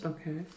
Okay